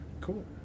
Cool